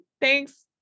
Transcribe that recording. Thanks